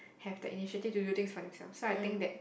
have the initiative to do things for themselves so I think that